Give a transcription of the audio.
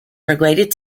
related